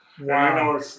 Wow